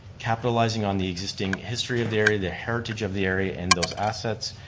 capitalizing on the existing history of the area, the heritage of the area and those assets,